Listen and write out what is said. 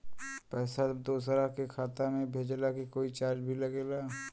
पैसा दोसरा के खाता मे भेजला के कोई चार्ज भी लागेला?